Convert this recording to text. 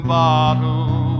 bottle